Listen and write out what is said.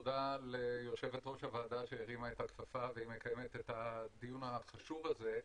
תודה ליושבת-ראש הוועדה שהרימה את הכפפה ומקיימת את הדיון החשוב הזה.